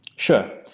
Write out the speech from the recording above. sure.